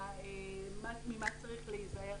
ממה צריך להיזהר.